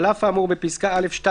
על אף האמור בפסקה (א)(2),